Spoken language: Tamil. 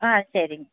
ஆ சரிங்க